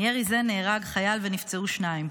מירי זה נהרג חייל ונפצעו שניים.